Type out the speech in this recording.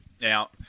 Now